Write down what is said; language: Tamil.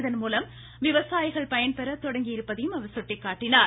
இதன்மூலம் விவசாயிகள் பயன்பெற தொடங்கியிருப்பதையும் அவர் சுட்டிக்காட்டினார்